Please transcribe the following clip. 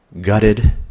gutted